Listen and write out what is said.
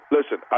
Listen